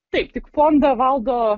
taip tik fondą valdo